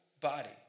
body